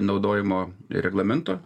naudojimo reglamento